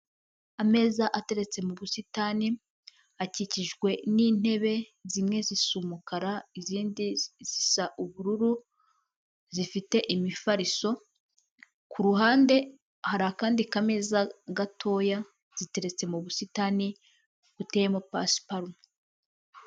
Ameza ateretse mu busitani akikijwe n'intebe zimwe zisa umukara, izindi zisa ubururu, zifite imifariso, ku ruhande hari akandi ka meza gatoya ziteretse mu busitani buteyemo pasiparume.